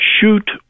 shoot